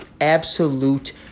absolute